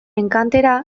enkantera